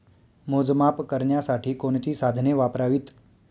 मोजमाप करण्यासाठी कोणती साधने वापरावीत?